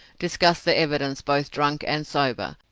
discussed the evidence both drunk and sober,